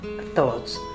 thoughts